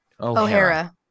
O'Hara